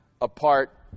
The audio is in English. apart